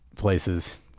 places